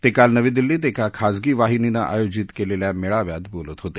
ते काल नवी दिल्लीत एका खाजगी वाहिनीने आयोजित केलेल्या मेळाव्यात बोलत होते